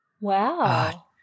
Wow